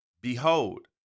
Behold